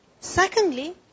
secondly